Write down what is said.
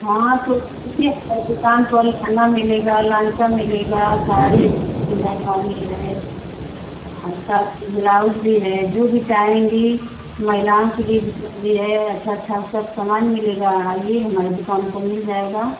हाँ तो इसी दुकान पर लहंगा मिलेगा लांचा मिलेगा साड़ी अच्छी अच्छी डिजाइन वाली है अच्छा ब्लाउज भी है जो भी चाहेंगी महिलाओं के लिए जितना भी है अच्छा अच्छा सब सामान मिलेगा आइए हमारी दुकान पर मिल जाएगा